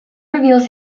reveals